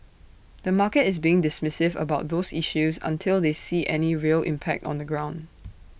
the market is being dismissive about those issues until they see any real impact on the ground